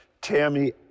Tammy